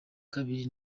kabiri